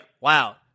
wow